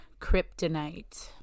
kryptonite